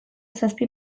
zazpi